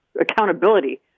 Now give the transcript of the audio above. accountability